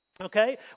Okay